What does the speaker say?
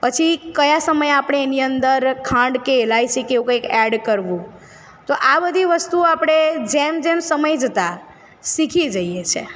પછી કયા સમયે આપણે એની અંદર ખાંડ કે ઇલાયચી કે એવું કંઇક એડ કરવું તો આ બધી વસ્તુ આપણે જેમ જેમ સમય જતા શીખી જઈએ છે